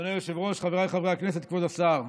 אדוני היושב-ראש, חבריי חברי הכנסת, כבוד השר,